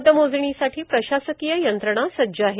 मतमोजणीसाठी प्रशासकीय यंत्रणा सज्ज आहे